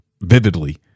vividly